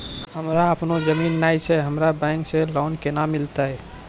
हमरा आपनौ जमीन नैय छै हमरा बैंक से लोन केना मिलतै?